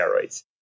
steroids